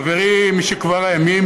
חברי משכבר הימים,